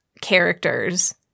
characters